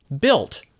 built